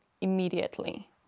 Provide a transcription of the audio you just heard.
immediately